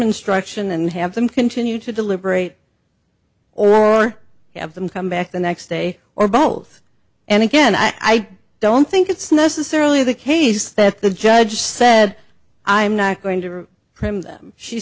instruction and have them continue to deliberate or have them come back the next day or both and again i don't think it's necessarily the case that the judge said i'm not going to cram them she